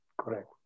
Correct